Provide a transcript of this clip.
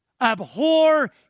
Abhor